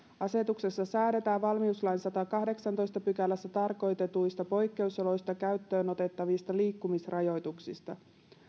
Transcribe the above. asetuksessa säädetään valmiuslain sadannessakahdeksannessatoista pykälässä tarkoitetuissa poikkeusoloissa käyttöönotettavista liikkumisrajoituksista